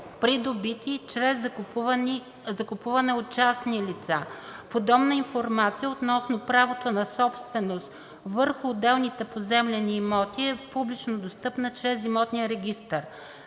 придобити чрез закупуване от частни лица. Подобна информация относно правото на собственост върху отделните поземлени имоти е публично достъпна чрез Имотния регистър.